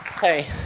Hey